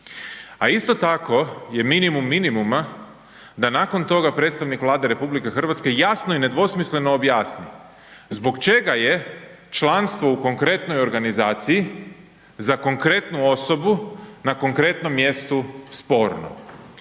A isto tako je minimum minimuma da nakon toga predstavnik Vlade RH jasno i nedvosmisleno objasni zbog čega je članstvo u konkretnoj organizaciji za konkretnu osobu na konkretnom mjestu sporno.